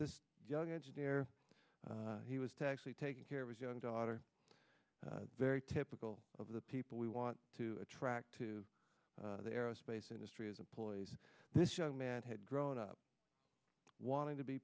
a young engineer he was to actually take care of his young daughter very typical of the people we want to attract to the aerospace industry is employees this young man had grown up wanting to be